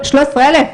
13,000 שקלים.